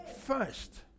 first